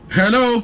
hello